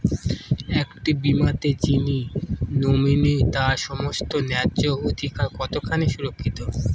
একটি বীমাতে যিনি নমিনি তার সমস্ত ন্যায্য অধিকার কতখানি সুরক্ষিত?